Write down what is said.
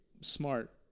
smart